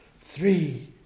three